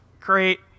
Great